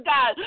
God